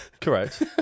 correct